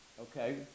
Okay